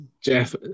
Jeff